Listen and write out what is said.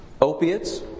opiates